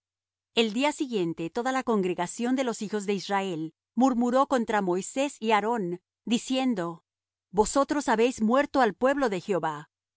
el día siguiente toda la congregación de los hijos de israel murmuró contra moisés y aarón diciendo vosotros habéis muerto al pueblo de jehová